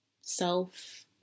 self